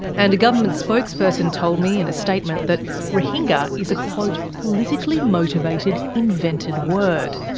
and a government spokesperson told me in a statement that rohingya is a quote politically motivated invented word.